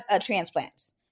transplants